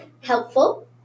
helpful